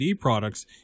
products